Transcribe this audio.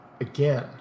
again